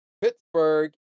Pittsburgh